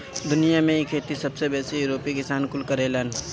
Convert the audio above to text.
दुनिया में इ खेती सबसे बेसी यूरोपीय किसान कुल करेलन